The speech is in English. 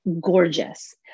gorgeous